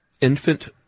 Infant